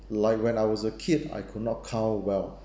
like when I was a kid I could not count well